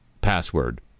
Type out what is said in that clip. password